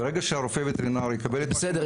ברגע שרופא וטרינר יקבל את מה שמגיע לו --- בסדר,